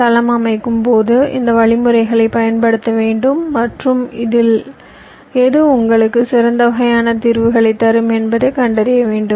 தளம் அமைக்கும் போது இந்த வழிமுறைகளை பயன்படுத்த வேண்டும் மற்றும் இதில் எது உங்களுக்கு சிறந்த வகையான தீர்வுகளைத் தரும் என்பதைக் கண்டறிய வேண்டும்